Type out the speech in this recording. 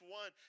one